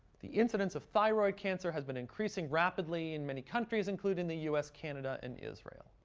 the incidence of thyroid cancer has been increasing rapidly in many countries, including the us, canada, and israel.